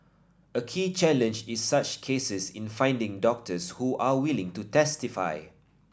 a key challenge in such cases in finding doctors who are willing to testify